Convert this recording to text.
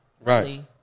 Right